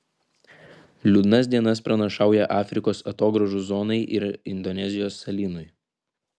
liūdnas dienas pranašauja afrikos atogrąžų zonai ir indonezijos salynui